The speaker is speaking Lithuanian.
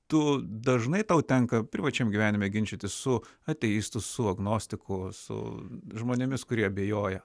tu dažnai tau tenka privačiam gyvenime ginčytis su ateistu su agnostiku su žmonėmis kurie abejoja